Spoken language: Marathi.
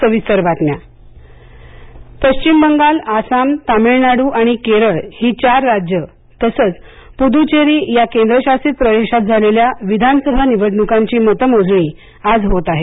निवडणक मतमोजणी पश्चिम बंगाल आसाम तामिळनाडू आणि केरळ ही चार राज्यं तसंच पुदुच्चेरी या केंद्रशासित प्रदेशात झालेल्या विधानसभा निवडणुकांची मतमोजणी आज होत आहे